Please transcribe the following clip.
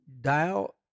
dial